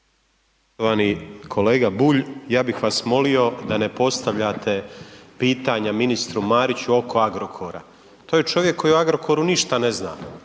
Poštovani kolega Bulj ja bih vas molio da ne postavljate pitanja ministru Mariću oko Agrokora. To je čovjek koji o Agrokoru ništa ne zna